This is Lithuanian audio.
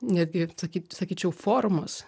netgi sakyt sakyčiau formos